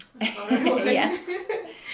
Yes